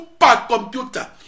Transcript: supercomputer